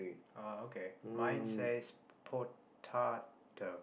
oh okay mine says potato